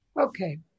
Okay